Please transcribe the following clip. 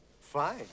Fine